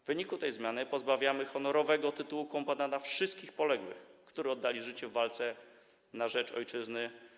W wyniku tej zmiany pozbawiamy honorowego tytułu kombatanta wszystkich poległych, którzy oddali życie w walce na rzecz ojczyzny